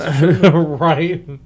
Right